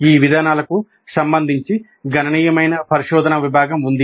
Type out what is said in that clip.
ఈ విధానాలకు సంబంధించి గణనీయమైన పరిశోధనా విభాగం ఉంది